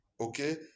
Okay